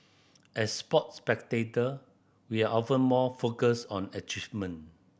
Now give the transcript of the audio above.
as sports spectator we are often more focused on achievement